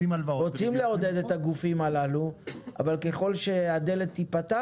רוצים לעודד את הגופים הללו אבל ככל שהדלת תיפתח